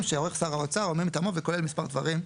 שעורך שר האוצר או מי מטעמו וכולל מספר דברים.